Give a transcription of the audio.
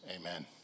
amen